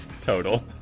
Total